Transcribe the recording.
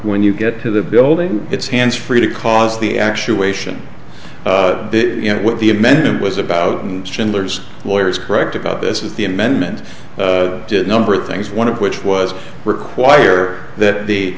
when you get to the building it's hands free to cause the actuation you know what the amendment was about schindler's lawyer is correct about this is the amendment number of things one of which was require that the